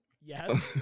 Yes